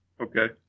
okay